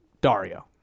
Dario